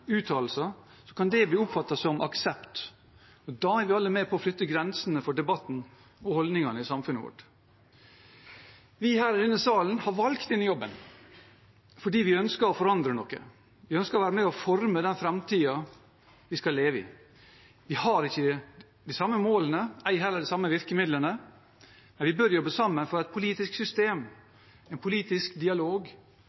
Så ved å ikke vise motstand mot sånne ekstreme uttalelser kan det bli oppfattet som aksept, og da er vi alle med på å flytte grensene for debatten og holdningene i samfunnet vårt. Vi her i denne salen har valgt denne jobben, fordi vi ønsker å forandre noe, fordi vi ønsker å være med og forme den framtiden vi skal leve i. Vi har ikke de samme målene, ei heller de samme virkemidlene, men vi bør jobbe sammen for et politisk